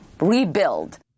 rebuild